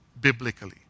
biblically